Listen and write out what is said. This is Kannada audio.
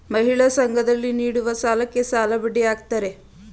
ಮಹಿಳಾ ಸಂಘ ದಲ್ಲಿ ನೀಡುವ ಸಾಲಕ್ಕೆ ಸರಳಬಡ್ಡಿ ಹಾಕ್ತಾರೆ